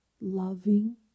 loving